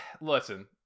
listen